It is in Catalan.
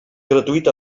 gratuït